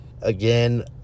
Again